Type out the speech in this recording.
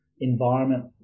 environment